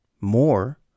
more